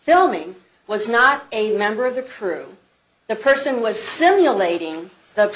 filming was not a member of the crew the person was simulating th